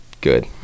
good